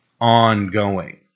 ongoing